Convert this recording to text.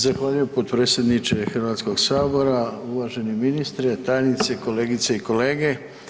Zahvaljujem potpredsjedniče Hrvatskog sabora, uvaženi ministre, tajnice, kolegice i kolege.